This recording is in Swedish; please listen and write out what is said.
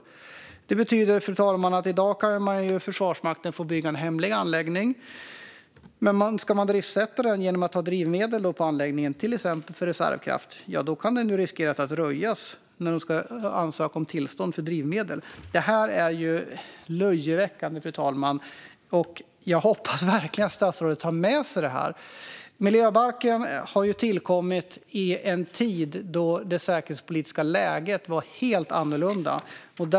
Detta betyder, fru talman, att Försvarsmakten i dag kan få bygga en hemlig anläggning, men om man ska driftsätta den genom att ha drivmedel på anläggningen, till exempel för reservkraft, kan den riskera att röjas när man ska ansöka om tillstånd för drivmedel. Detta är löjeväckande, och jag hoppas verkligen att statsrådet tar med sig detta. Miljöbalken tillkom i en tid då det säkerhetspolitiska läget var helt annorlunda.